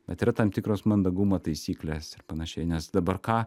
bet yra tam tikros mandagumo taisyklės ir panašiai nes dabar ką